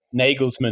Nagelsmann